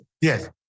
Yes